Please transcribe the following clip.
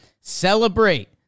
celebrate